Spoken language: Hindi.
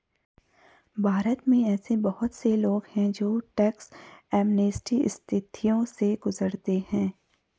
भारत में ऐसे बहुत से लोग हैं जो टैक्स एमनेस्टी स्थितियों से गुजरते हैं